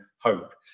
hope